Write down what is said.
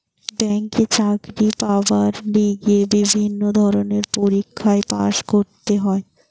ব্যাংকে চাকরি পাবার লিগে বিভিন্ন ধরণের পরীক্ষায় পাস্ করতে হয়